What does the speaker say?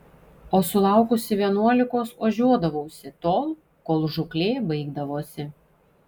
o sulaukusi vienuolikos ožiuodavausi tol kol žūklė baigdavosi